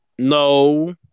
No